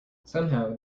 somehow